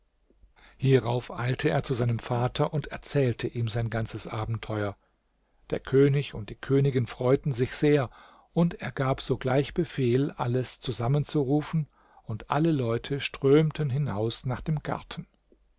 hierauf eilte er zu seinem vater und erzählte ihm sein ganzes abenteuer der könig und die königin freuten sich sehr und er gab sogleich befehl alles zusammenzurufen und alle leute strömten hinaus nach dem garten